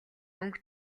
өнгө